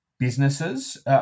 businesses